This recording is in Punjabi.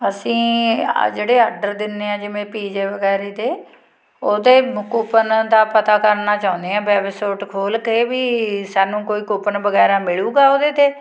ਅਸੀਂ ਆਹ ਜਿਹੜੇ ਆਡਰ ਦਿੰਦੇ ਹਾਂ ਜਿਵੇਂ ਪੀਜੇ ਵਗੈਰੇ 'ਤੇ ਉਹਦੇ ਕੂਪਨ ਦਾ ਪਤਾ ਕਰਨਾ ਚਾਹੁੰਦੇ ਹਾਂ ਵੈਬਸੋਟ ਖੋਲ੍ਹ ਕੇ ਵੀ ਸਾਨੂੰ ਕੋਈ ਕੂਪਨ ਵਗੈਰਾ ਮਿਲੂਗਾ ਉਹਦੇ 'ਤੇ